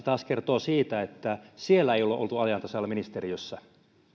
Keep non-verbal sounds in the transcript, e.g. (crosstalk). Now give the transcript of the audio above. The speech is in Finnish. (unintelligible) taas kertoo siitä että siellä ei ole oltu ajan tasalla ministeriössä